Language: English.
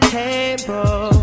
table